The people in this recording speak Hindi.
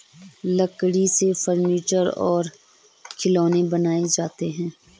लकड़ी से फर्नीचर और खिलौनें बनाये जाते हैं